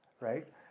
Right